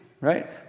Right